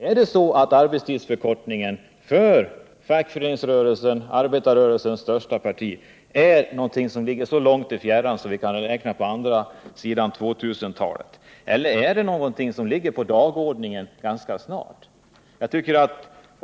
Är arbetstidsförkortningen för fackföreningsrörelsen och för arbetarrörelsens största parti någonting som ligger så långt i fjärran att vi kan räkna med att den skall kunna förverkligas först på andra sidan år 2000, eller kan den frågan finnas på dagordningen ganska snart?